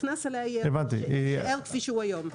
הקנס עליה יישאר כפי שהוא היום.